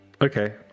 Okay